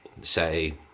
say